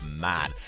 man